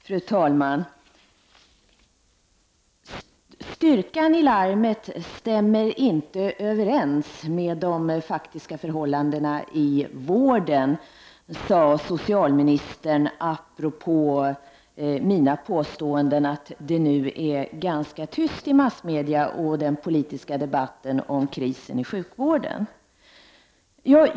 Fru talman! Styrkan i larmet stämmer inte överens med de faktiska förhållandena i vården, sade socialministern apropå mina påståenden att det nu är ganska tyst i massmedia och i den politiska debatten om krisen i sjukvården.